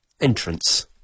entrance